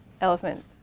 elephant